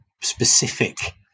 specific